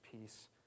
peace